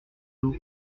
l’eau